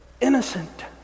innocent